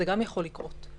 זה גם יכול לקרות.